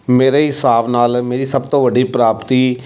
ਮੇਰੇ ਹਿਸਾਬ ਨਾਲ ਮੇਰੀ ਸਭ ਤੋਂ ਵੱਡੀ ਪ੍ਰਾਪਤੀ